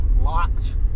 locked